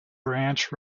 branch